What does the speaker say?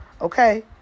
Okay